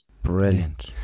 Brilliant